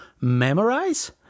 memorize